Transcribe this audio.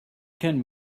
can